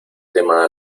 tema